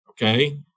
Okay